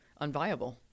unviable